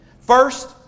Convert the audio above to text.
first